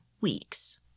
weeks